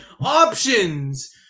options